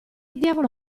diavolo